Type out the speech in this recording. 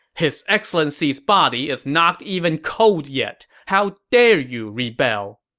his excellency's body is not even cold yet. how dare you rebel!